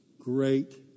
great